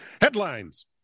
Headlines